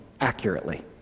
accurately